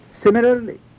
Similarly